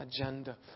Agenda